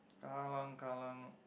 Kallang Kallang